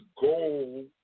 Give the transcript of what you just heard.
goal